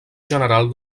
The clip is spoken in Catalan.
general